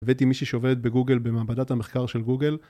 הבאתי מישהי שעובדת בגוגל במעבדת המחקר של גוגל